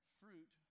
fruit